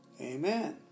Amen